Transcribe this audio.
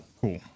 Cool